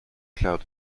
cloud